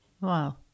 Wow